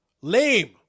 Lame